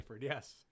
Yes